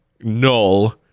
Null